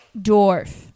dwarf